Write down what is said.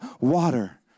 water